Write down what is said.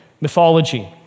mythology